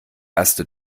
erste